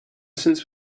since